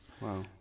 Wow